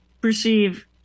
perceive